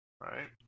Right